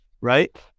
right